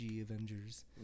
Avengers